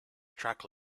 track